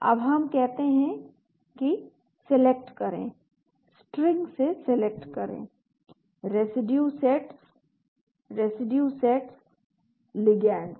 अब हम कहते हैं कि सेलेक्ट करें स्ट्रिंग से सेलेक्ट करें residue sets residue sets ligands